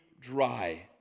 dry